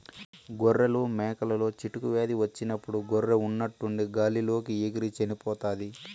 గొర్రెలు, మేకలలో చిటుకు వ్యాధి వచ్చినప్పుడు గొర్రె ఉన్నట్టుండి గాలి లోకి ఎగిరి చనిపోతాది